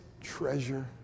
treasure